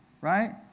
right